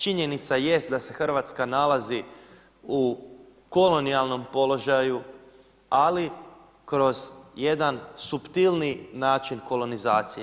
Činjenica jest da se Hrvatska nalazi u kolonijalnom položaju ali kroz jedan suptilniji način kolonizacije.